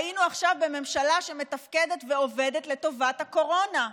היינו עכשיו בממשלה שמתפקדת ועובדת לטובת הקורונה.